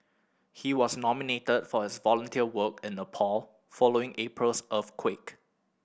he was nominated for his volunteer work in Nepal following April's earthquake